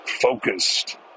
focused